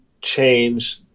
change